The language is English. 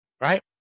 right